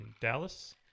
Dallas